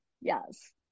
Yes